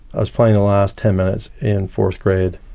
i was playing the last ten minutes in fourth grade,